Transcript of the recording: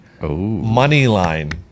Moneyline